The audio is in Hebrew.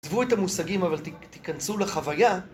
עזבו את המושגים אבל תיכנסו לחוויה